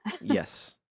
Yes